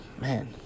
Man